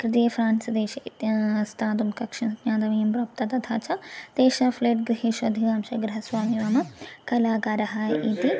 कृते फ़्रान्स् देश इति स्थातुं कक्षा ज्ञातव्यं प्राप्त तथा च तेषा फ्लेड् गृहेषु अधिकांशे गृहस्वामि नाम कलाकारः इति